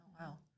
wow